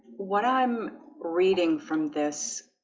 what i'm reading from this